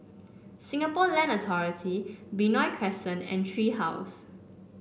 Singapore Land Authority Benoi Crescent and Tree House